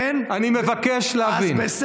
כן, אז, אני מבקש להבין.